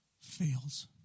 fails